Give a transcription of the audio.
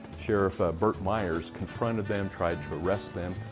sheriff burt myers confronted them, tried to but arrest them.